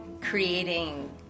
creating